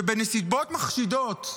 שבנסיבות מחשידות,